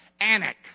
Anak